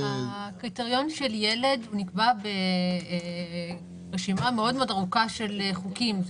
הקריטריון של ילד נקבע ברשימה מאוד מאוד ארוכה של חוקים.